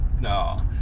No